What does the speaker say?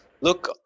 Look